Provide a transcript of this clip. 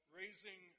raising